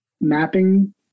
mapping